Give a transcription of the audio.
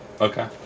Okay